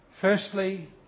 Firstly